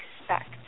expect